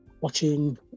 watching